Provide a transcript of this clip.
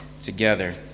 together